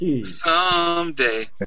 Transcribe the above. Someday